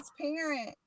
transparent